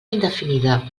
indefinida